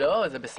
זה בסדר.